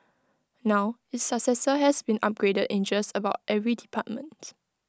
now its successor has been upgraded in just about every department